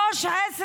17 כבר.